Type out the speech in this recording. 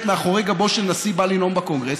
שמאחורי גבו של נשיא בא לנאום בקונגרס.